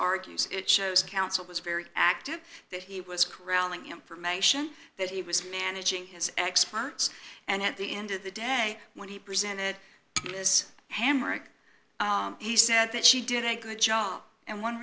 argues it shows council was very active that he was corralling information that he was managing his experts and at the end of the day when he presented his hamrick he said that she did a good job and one